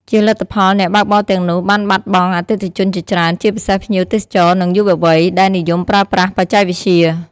ជាលទ្ធផល អ្នកបើកបរទាំងនោះបានបាត់បង់អតិថិជនជាច្រើន ជាពិសេសភ្ញៀវទេសចរ និងយុវវ័យ ដែលនិយមប្រើប្រាស់បច្ចេកវិទ្យា។